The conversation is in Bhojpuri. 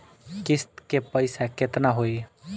किस्त के पईसा केतना होई?